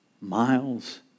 miles